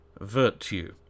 virtue